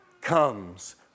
comes